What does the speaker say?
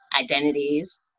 identities